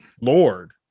lord